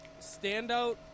Standout